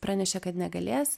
pranešė kad negalės